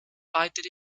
weitere